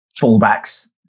fallbacks